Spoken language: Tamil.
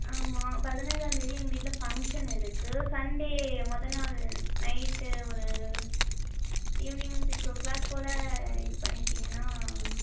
ஆமாம் பதினைஞ்சாந்தேதி எங்கள் வீட்டில் ஃபங்க்ஷன் இருக்குது சண்டே மொதல் நாள் நைட்டு ஒரு ஈவ்னிங் சிக்ஸ் ஓ கிளாக் போல் இது பண்ணிவிட்டிங்கனா